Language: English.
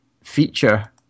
feature